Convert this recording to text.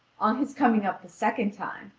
on his coming up the second time,